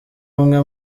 umwe